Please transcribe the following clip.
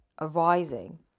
arising